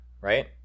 right